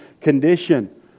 condition